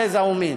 גזע ומין.